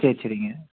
சரி சரிங்க